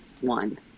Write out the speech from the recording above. one